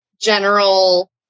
general